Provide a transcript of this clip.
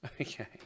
Okay